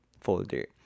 folder